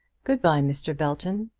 good-bye, mr. belton.